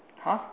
!huh!